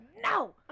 no